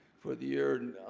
for the year